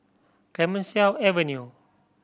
Clemenceau Avenue